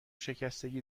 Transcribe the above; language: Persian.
شکستگی